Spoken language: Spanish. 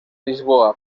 lisboa